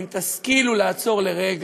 אם תשכילו לעצור לרגע,